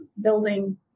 building